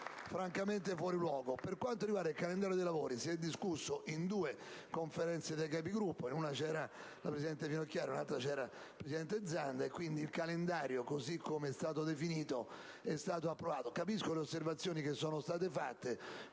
Per quanto riguarda il calendario dei lavori, se ne è discusso in due Conferenze dei Capigruppo (in una era presente la presidente Finocchiaro, in un'altra il presidente Zanda), e quindi il calendario, così come è stato definito, è stato approvato. Capisco le osservazioni fatte,